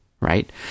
right